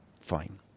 Fine